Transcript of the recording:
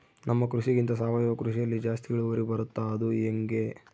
ನಮ್ಮ ಕೃಷಿಗಿಂತ ಸಾವಯವ ಕೃಷಿಯಲ್ಲಿ ಜಾಸ್ತಿ ಇಳುವರಿ ಬರುತ್ತಾ ಅದು ಹೆಂಗೆ?